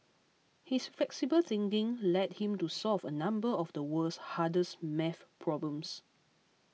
his flexible thinking led him to solve a number of the world's hardest math problems